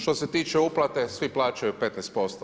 Što se tiče uplate, svi plaćaju 15%